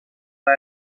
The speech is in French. par